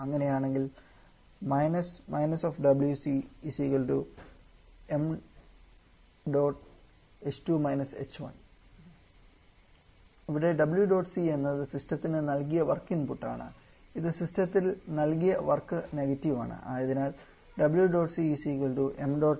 അങ്ങനെയാണെങ്കിൽ ഇവിടെ W dot C എന്നത് സിസ്റ്റത്തിന് നൽകിയ വർക്ക് ഇൻപുട്ടാണ് ഇത് സിസ്റ്റത്തിൽ നൽകിയ വർക്ക് നെഗറ്റീവ് ആണ്